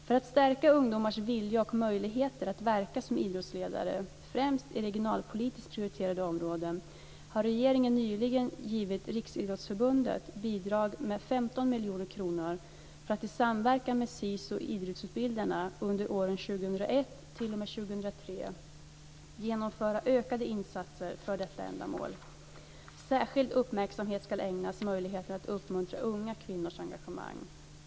För att stärka ungdomars vilja och möjligheter att verka som idrottsledare, främst i regionalpolitiskt prioriterade områden, har regeringen nyligen givit Riksidrottsförbundet bidrag med 15 miljoner kronor för att i samverkan med SISU Idrottsutbildarna under åren 2001 t.o.m. 2003 genomföra ökade insatser för detta ändamål. Särskild uppmärksamhet ska ägnas möjligheterna att uppmuntra unga kvinnors engagemang.